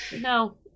no